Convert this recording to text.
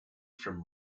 from